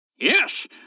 Yes